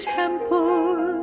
temple